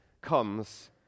comes